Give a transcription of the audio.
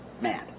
mad